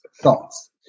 thoughts